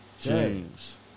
James